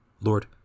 Lord